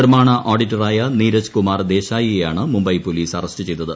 നിർമ്മാണ ഓഡിറ്ററായ നീരജ് കുമാർ ദേശായിയെയാണ് മുംബൈ പൊലീസ് അറസ്റ്റ് ചെയ്തത്